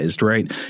right